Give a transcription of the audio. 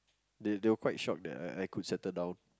they they were quite shocked that I I could settle down